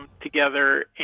together